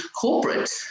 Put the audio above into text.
corporate